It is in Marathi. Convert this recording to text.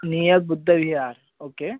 near Buddhavihar okay